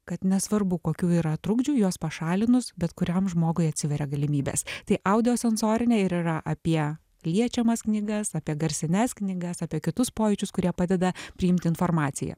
kad nesvarbu kokių yra trukdžių juos pašalinus bet kuriam žmogui atsiveria galimybės tai audinio sensorinė ir yra apie liečiamas knygas apie garsines knygas apie kitus pojūčius kurie padeda priimti informaciją